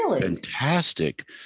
fantastic